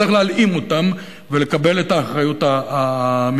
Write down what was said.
צריך להלאים אותם ולקבל את האחריות המיניסטריאלית,